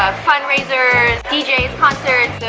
fundraisers dj's concerts